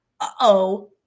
Uh-oh